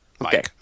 Okay